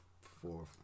four